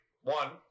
one